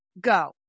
go